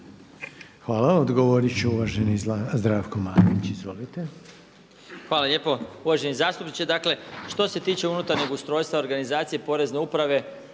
Hvala. Odgovorit će uvaženi Zdravko Marić. Izvolite. **Marić, Zdravko** Hvala lijepo uvaženi zastupniče. Dakle što se tiče unutarnjeg ustrojstva, organizacije porezne uprave